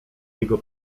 jego